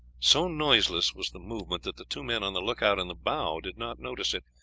so noiseless was the movement that the two men on the lookout in the bow did not notice it,